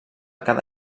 cada